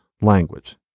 language